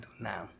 now